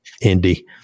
Indy